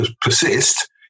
persist